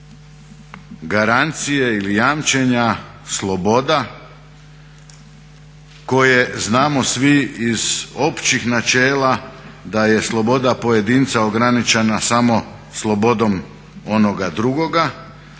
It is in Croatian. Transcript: garancije ili jamčenja sloboda koje znamo svi iz općih načela da je sloboda pojedinca ograničena samo slobodom onoga drugoga.